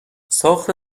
ساخت